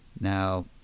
Now